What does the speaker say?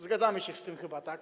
Zgadzamy się z tym chyba, tak?